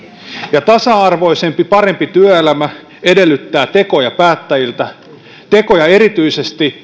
ja tasa arvoisempi parempi työelämä edellyttää tekoja päättäjiltä erityisesti